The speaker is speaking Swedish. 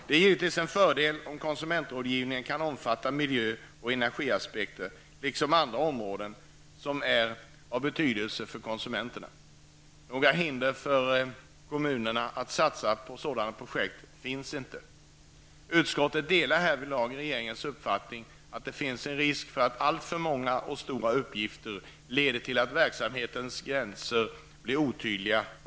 Det är givetvis en fördel om konsumentrådgivningen kan omfatta miljö och energiaspekter, liksom andra områden som är av betydelse för konsumenterna. Några hinder för kommunerna att satsa på sådana projket finns inte. Utskottet delar härvidlag regeringens uppfattning att det finns en risk för att alltför många och stora uppgifter leder till att verksamhetens gränser blir otydliga.